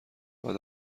بعد